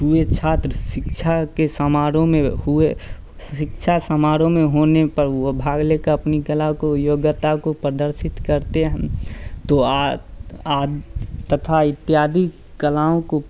हुए छात्र शिक्षा के समारोह में हुए शिक्षा समारोह में होने पर वह भाग लेकर अपनी कला को योग्यता को प्रदर्शित करते हैं तो तथा इत्यादि कलाओं को